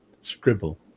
scribble